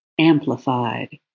amplified